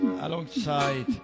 alongside